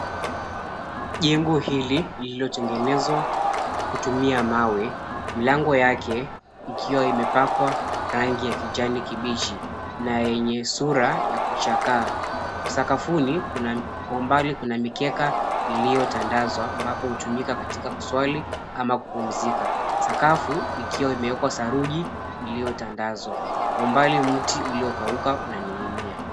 Jengo hili lililotengenezwa kutumia mawe milango yake ikiwa imepakwa rangi ya kijani kibichi na yenye sura ya kuchakaa. Sakafuni umbali kuna mikeka iliyotandazwa ambapo hutumika katika kuswali ama kupumzika. Sakafu ikiwa imewekwa saruji iliyotandazwa, kwa umbali mti uliokauka unaninginia.